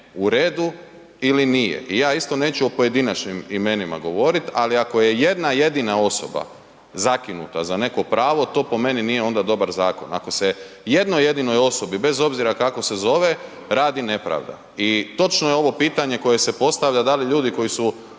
u redu ili nije? I ja isto neću o pojedinačnim imenima govoriti, ali ako je jedna jedina osoba zakinuta za neko pravo, to po meni nije onda dobar zakon. Ako se jednoj jedinoj osobi bez obzira kako se zove radi nepravda i točno je ovo pitanje koje se postavlja, da li ljudi koji su